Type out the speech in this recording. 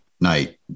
night